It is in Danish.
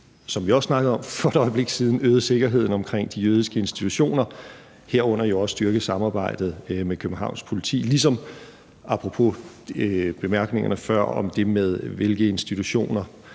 som vi også snakkede om for et øjeblik siden, øget sikkerheden omkring de jødiske institutioner, herunder også styrket samarbejdet med Københavns Politi, og apropos bemærkningerne før om det med, hvilke fraktioner